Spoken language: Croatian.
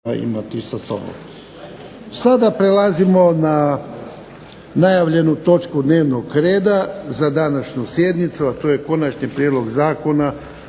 Sada prelazimo na najavljenu točku dnevnog reda za današnju sjednicu, a to je 9. Prijedlog zakona